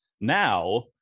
now